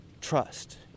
trust